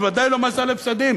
אבל בוודאי לא מס על הפסדים.